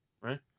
Right